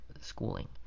schooling